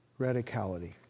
radicality